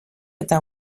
eta